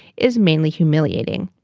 is mainly humiliating.